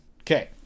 Okay